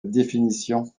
définition